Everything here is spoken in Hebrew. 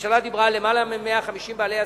הממשלה דיברה על יותר מ-150 בעלי עסקים,